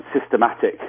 systematic